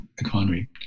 economy